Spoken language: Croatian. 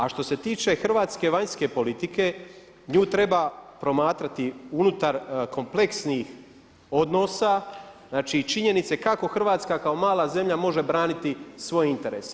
A što se tiče hrvatske vanjske politike nju treba promatrati unutar kompleksnih odnosa, znači činjenice kako Hrvatska kao mala zemlja može braniti svoje interese.